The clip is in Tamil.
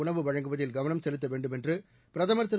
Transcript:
உணவு வழங்குவதில் கவனம் செலுத்த வேண்டும் என்று பிரதமர் திரு